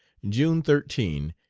june thirteen,